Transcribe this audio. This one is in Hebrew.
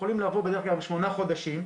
יכולים לעבור בדרך כלל שמונה חודשים,